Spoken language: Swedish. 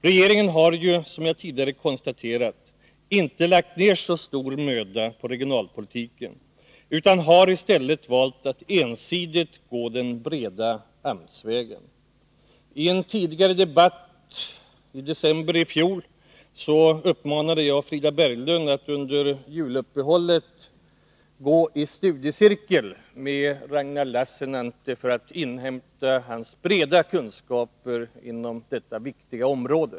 Regeringen har ju, som jag tidigare konstaterat, inte lagt ned så stor möda på regionalpolitiken, utan har i stället valt att ensidigt gå den breda AMS-vägen. I en tidigare debatt i december i fjol uppmanade jag Frida Berglund att under juluppehållet gå i studiecirkel med Ragnar Lassinantti för att inhämta hans breda kunskaper på detta område.